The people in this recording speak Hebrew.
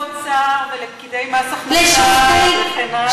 לפקידי האוצר ולפקידי מס הכנסה וכן הלאה.